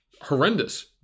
horrendous